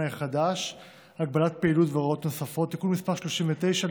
החדש (הגבלת פעילות והוראות נוספות) (תיקון מס' 39),